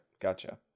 Gotcha